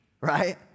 right